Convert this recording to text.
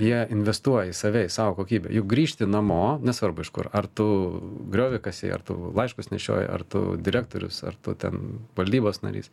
jie investuoja į save į savo kokybę juk grįžti namo nesvarbu iš kur ar tu griovį kasei ar tu laiškus nešiojai ar tu direktorius ar tu ten valdybos narys